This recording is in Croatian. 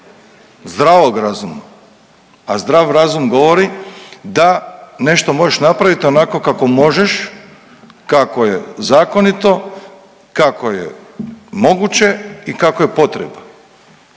zdravog razuma, a zdrav razum govori da nešto možeš napraviti onako kako možeš, kako je zakonito, kako je moguće i kako je potrebno.